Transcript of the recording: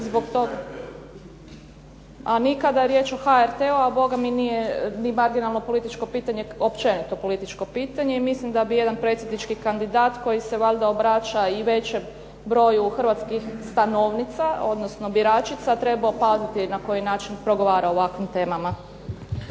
a nije kada je riječ o HRT-u a nije ni marginalno političko pitanje općenito, općenito političko pitanje i mislim da bi jedan predsjednički kandidat koji se obraća većem broju Hrvatskih stanovnica, odnosno biračica trebao paziti na koji način progovara o ovakvim temama.